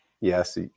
yes